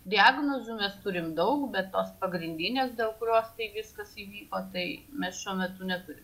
diagnozių mes turim daug bet tos pagrindinės dėl kurios tai viskas įvyko tai mes šiuo metu neturim